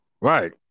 Right